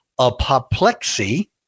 apoplexy